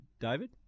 David